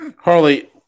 Harley